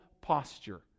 posture